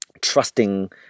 trusting